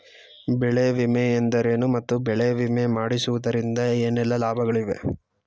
ಬೆಳೆ ವಿಮೆ ಎಂದರೇನು ಮತ್ತು ಬೆಳೆ ವಿಮೆ ಮಾಡಿಸುವುದರಿಂದ ಏನೆಲ್ಲಾ ಲಾಭಗಳಿವೆ?